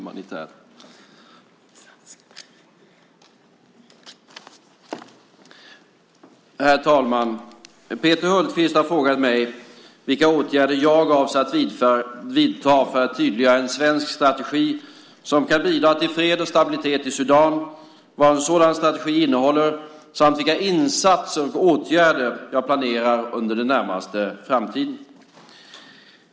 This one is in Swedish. Herr talman! Peter Hultqvist har frågat mig vilka åtgärder jag avser att vidta för att tydliggöra en svensk strategi som kan bidra till fred och stabilitet i Sudan, vad en sådan strategi innehåller samt vilka insatser och åtgärder jag planerar under den närmaste framtiden.